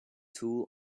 tool